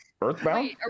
Earthbound